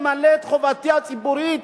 ממלא את חובתי הציבורית